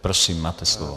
Prosím, máte slovo.